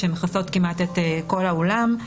שמכסות כמעט את כל האולם,